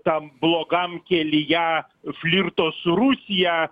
tam blogam kelyje flirto su rusija